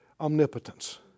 Omnipotence